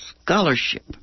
scholarship